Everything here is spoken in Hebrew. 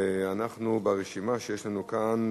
ברשימה שיש לנו כאן,